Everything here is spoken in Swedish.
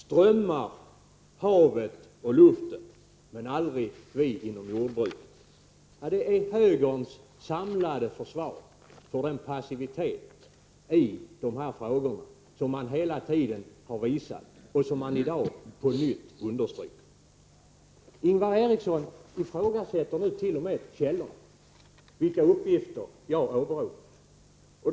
Herr talman! Strömmar, havet och luften, men aldrig vårt jordbruk — ja, det är högerns samlade försvar för den passivitet i dessa frågor som man hela tiden har visat och som man i dag på nytt understryker. Ingvar Eriksson ifrågasätter nu t.o.m. källorna när det gäller de uppgifter som jag åberopar.